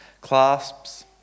clasps